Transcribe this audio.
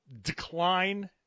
decline